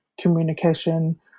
communication